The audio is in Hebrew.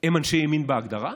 הם אנשי ימין בהגדרה?